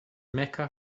mecca